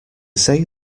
say